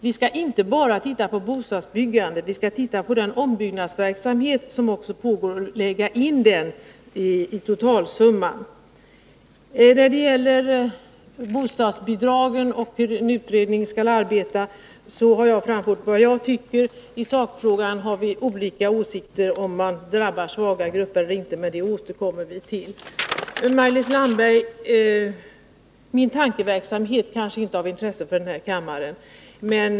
Vi skall inte bara titta på bostadsbyggandet, utan vi skall också titta på den ombyggnadsverksamhet som pågår och lägga in den i totalsumman. När det gäller bostadsbidragen och hur en utredning skall arbeta har jag framfört vad jag tycker. I sakfrågan har vi olika åsikter när det gäller om svaga grupper drabbas eller inte, men det återkommer vi till. Jag vill säga till Maj-Lis Landberg att min tankeverksamhet kanske inte är av intresse för kammaren.